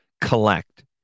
collect